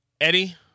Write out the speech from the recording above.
Eddie